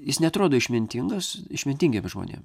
jis neatrodo išmintingas išmintingiem žmonėm